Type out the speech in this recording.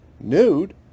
nude